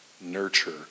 nurture